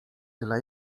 dla